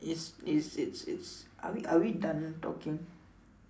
it's it's it's it's are we are we done talking